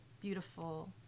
beautiful